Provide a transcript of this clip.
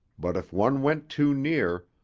but if one went too near,